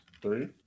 Three